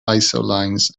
isolines